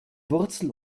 wurzel